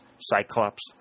Cyclops